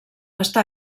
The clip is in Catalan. està